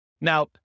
Now